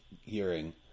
hearing